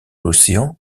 l’océan